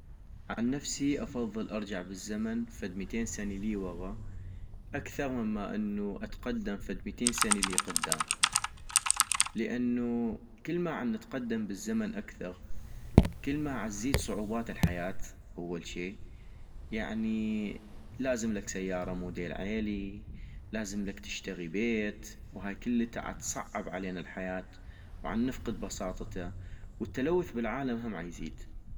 عن نفسي افضل ارجع بالزمن فد ميتين سني لي وغا، اكثغ من انو اتقدم فد ميتين سني لي قدام ، لانوو كلما عنتقدم بالزمن اكثغ ، كلما عتزيد صعوبات الحياة اول شي، يعني لازملك سيارة موديل عيلي، لازملك تشتغي بيت، وهاي كلتا عتصعب علينا الحياة ، وعنفقد بساطتا، والتلوث بالعالم هم عيزيد